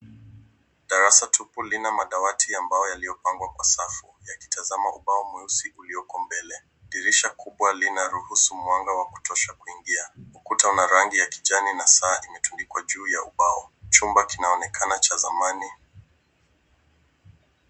Darasa tupu lina madawati ya mbao yaliyopangwa kwa safu yakitazama ubao mweusi ulioko mbele. Dirisha kubwa linaruhusu mwanga wa kutosha kuingia. Ukuta una rangi ya kijani na saa imetundikwa juu ya ubao. Chumba kinaonekana cha zamani.